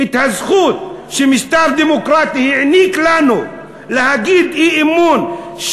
הזכות שמשטר דמוקרטי העניק לנו להביע אי-אמון,